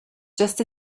just